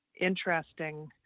interesting